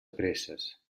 presses